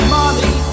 money